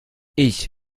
ich